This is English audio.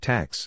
Tax